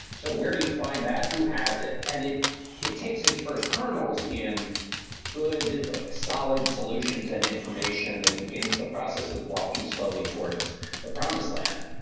so where do you find that? who has it? and it it takes its first kernels in good, like solid solutions and information that begins the process of walking slowly towards the promised land.